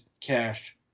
cash